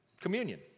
communion